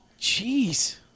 Jeez